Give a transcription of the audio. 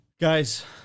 Guys